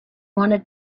wanted